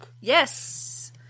Yes